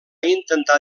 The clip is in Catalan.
intentar